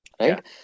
right